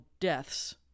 deaths